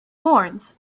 warns